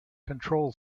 control